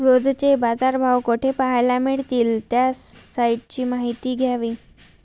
रोजचे बाजारभाव कोठे पहायला मिळतील? त्या साईटची माहिती द्यावी